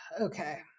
Okay